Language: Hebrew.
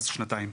זה שנתיים.